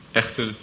echte